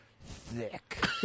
Thick